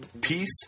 Peace